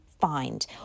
find